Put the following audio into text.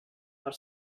per